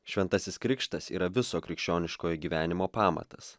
šventasis krikštas yra viso krikščioniškojo gyvenimo pamatas